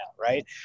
right